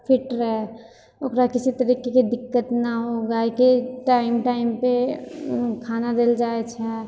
fit रहै ओकरा किसी तरीकाके दिक्कत नहि होइ गाइके टाइम टाइमपर खाना देल जाए छै